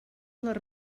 les